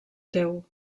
teu